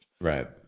Right